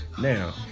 Now